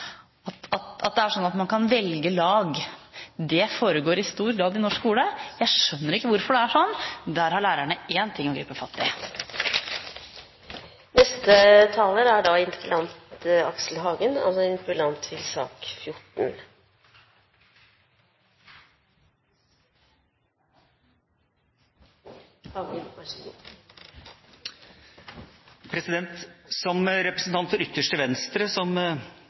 at man kan velge lag. Det foregår i stor grad i norsk skole. Jeg skjønner ikke hvorfor det er sånn. Der har lærerne en ting å gripe fatt i. Som representant for ytterste venstre, som Kristin Halvorsen omtalte oss, vil jeg takke for debatten og for